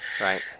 Right